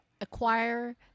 acquire